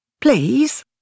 Please